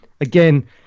again